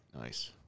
nice